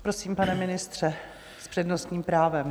Prosím, pane ministře, s přednostním právem.